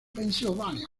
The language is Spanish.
pensilvania